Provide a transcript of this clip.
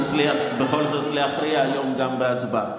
כדי שנצליח בכל זאת להכריע היום גם בהצבעה.